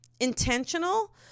intentional